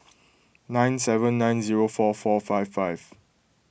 nine seven nine zero four four five five